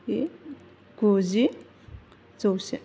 गुजि जौसे